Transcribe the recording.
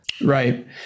Right